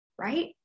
right